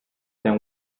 then